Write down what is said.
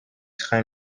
train